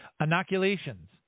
Inoculations